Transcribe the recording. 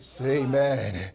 Amen